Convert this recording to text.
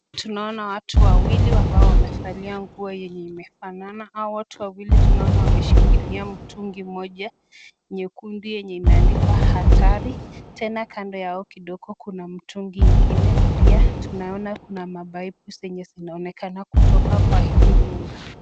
Tunaona watu wawili ambao wamevalia nguo yenye inafanana, hawa watu wawili tunaona wameshikilia mtungi moja nyekundu yenye imeandikwa hatari, tena kando yao kidogo kuna mtungi ingine pia tunaona kuna mapaipu zenye zinaonekana kutoka kwa hii nyumba.